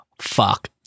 fuck